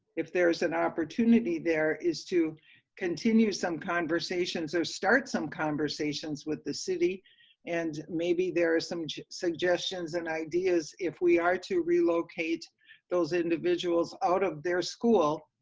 if there is an opportunity there, is to continue some conversations or start some conversations with the city and maybe there are some suggestions and ideas, if we are to relocate those individuals out of their school,